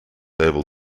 able